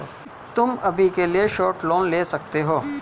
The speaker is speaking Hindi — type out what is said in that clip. तुम अभी के लिए शॉर्ट लोन ले सकते हो